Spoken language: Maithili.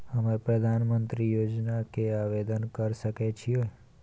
हम प्रधानमंत्री योजना के आवेदन कर सके छीये?